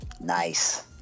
Nice